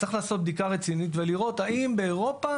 צריך לעשות בדיקה רצינית ולראות האם באירופה